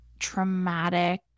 traumatic